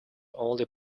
only